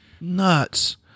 Nuts